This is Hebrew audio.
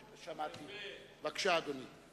בבקשה, אדוני.